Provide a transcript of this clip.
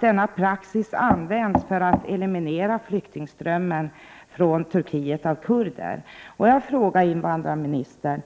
Denna praxis används för att eliminera flyktingströmmen av kurder från Turkiet.